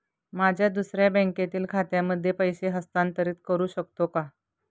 माझ्या दुसऱ्या बँकेतील खात्यामध्ये पैसे हस्तांतरित करू शकतो का?